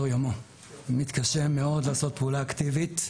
יומו ומתקשה מאוד לעשות פעולה אקטיבית,